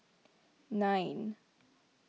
nine